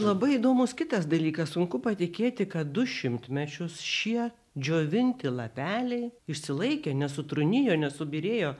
labai įdomus kitas dalykas sunku patikėti kad du šimtmečius šie džiovinti lapeliai išsilaikė nesutrūnijo nesubyrėjo